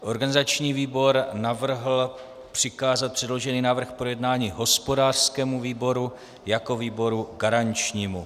Organizační návrh navrhl přikázat předložený návrh k projednání hospodářskému výboru jako výboru garančnímu.